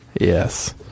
yes